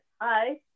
Hi